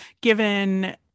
given